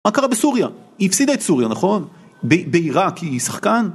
מה קרה בסוריה? היא הפסידה את סוריה, נכון? בעירק היא שחקן?